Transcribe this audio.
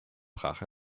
brach